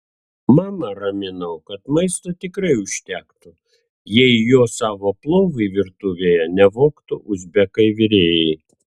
mamą raminau kad maisto tikrai užtektų jei jo savo plovui virtuvėje nevogtų uzbekai virėjai